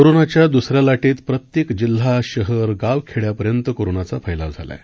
कोरोनाच्या द्दसऱ्या लाटेत प्रत्येक जिल्हा शहर गाव खेड्यापर्यंत कोरोनाचा फैलैव झाला आहे